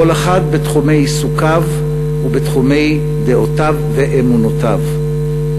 כל אחד בתחומי עיסוקיו ובתחומי דעותיו ואמונותיו.